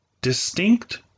Distinct